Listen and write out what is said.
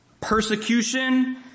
persecution